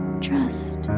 Trust